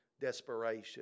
desperation